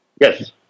Yes